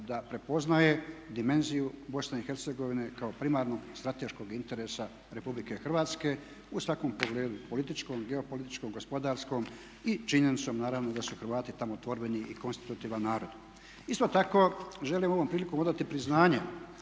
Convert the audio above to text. da prepoznaje dimenziju Bosne i Hercegovine kao primarnog i strateškog interesa Republike Hrvatske u svakom pogledu političkom, geopolitičkom, gospodarskom i činjenicom naravno da su Hrvati tamo tvorbeni i konstruktivan narod. Isto tako želim ovom prilikom odati priznanje